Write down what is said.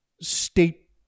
state